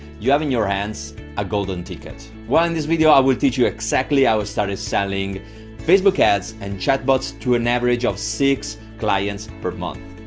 you have in your hands a golden ticket. well, in this video i will teach you exactly how started selling facebook ads and chat bots to an average of six clients per month.